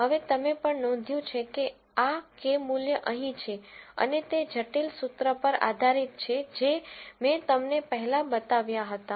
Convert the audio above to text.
હવે તમે પણ નોંધ્યું છે કે આ Κ મૂલ્ય અહીં છે અને તે જટિલ સૂત્ર પર આધારિત છે જે મેં તમને પહેલાં બતાવ્યા હતા